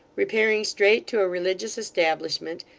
repairing straight to a religious establishment,